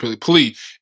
Please